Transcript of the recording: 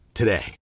today